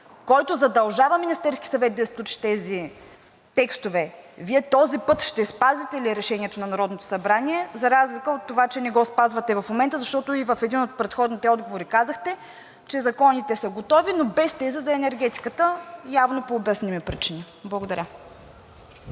който задължава Министерският съвет да изключи тези текстове, Вие този път ще спазите ли Решението на Народното събрание, за разлика от това, че не го спазвате в момента? Защото и в един от предходните отговори казахте, че законите са готови, но без тези за енергетиката – явно по обясними причини. Благодаря.